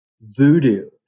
voodoo